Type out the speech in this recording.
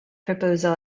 proposal